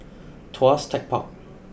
Tuas Tech Park